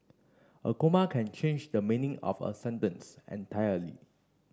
a comma can change the meaning of a sentence entirely